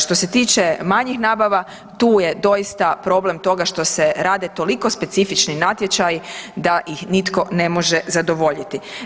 Što se tiče manjih nabava, tu je doista problem toga što se rade toliko specifični natječaji da ih nitko ne može zadovoljiti.